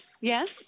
Yes